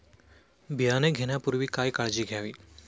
बियाणे घेण्यापूर्वी काय काळजी घ्यावी?